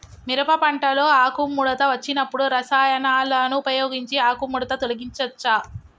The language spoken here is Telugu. మిరప పంటలో ఆకుముడత వచ్చినప్పుడు రసాయనాలను ఉపయోగించి ఆకుముడత తొలగించచ్చా?